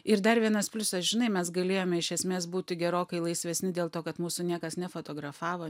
ir dar vienas pliusas žinai mes galėjome iš esmės būti gerokai laisvesni dėl to kad mūsų niekas nefotografavo